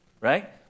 Right